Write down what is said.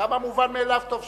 גם המובן מאליו, טוב שייאמר.